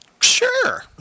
Sure